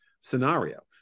scenario